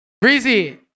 Breezy